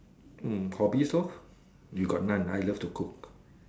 mm probably so you got none I love to cook